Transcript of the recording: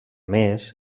més